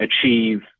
achieve